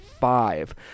five